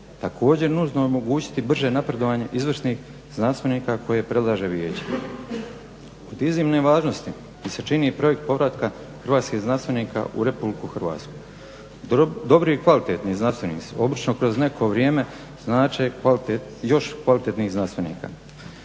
Također nužno je omogućiti brže napredovanje izvrsnih znanstvenika koje predlaže vijeće. Od iznimne je važnosti i sačinjeni projekt povratka hrvatskih znanstvenika u RH. Dobri i kvalitetni znanstvenici obično kroz neko vrijeme znače još kvalitetnih znanstvenika.